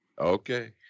Okay